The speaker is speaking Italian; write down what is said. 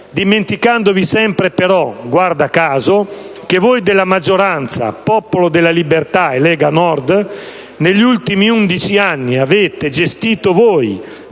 dimenticandovi sempre però - guarda caso - che voi della maggioranza, Popolo della Libertà e Lega Nord, negli ultimi undici anni avete gestito voi,